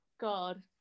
God